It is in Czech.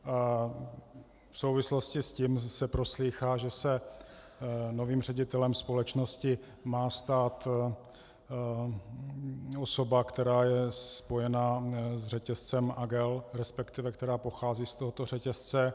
V souvislosti s tím se proslýchá, že se novým ředitelem společnosti má stát osoba, která je spojena s řetězcem AGEL, respektive která pochází z tohoto řetězce.